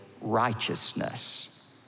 righteousness